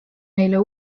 neile